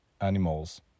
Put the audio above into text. animals